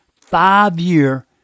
five-year